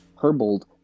Herbold